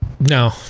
No